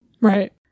Right